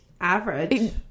Average